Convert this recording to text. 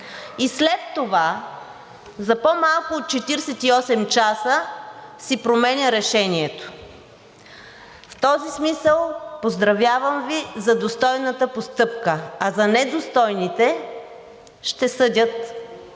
и след това за по-малко от 48 часа си променя решението. В този смисъл – поздравявам Ви за достойната постъпка. А за недостойните ще съдят